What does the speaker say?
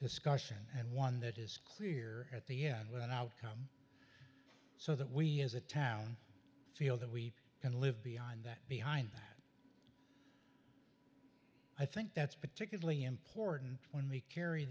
discussion and one that is clear at the end with an outcome so that we as a town feel that we can live beyond that behind that i think that's particularly important when we carry